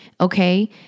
Okay